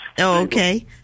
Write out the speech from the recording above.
Okay